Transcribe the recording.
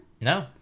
No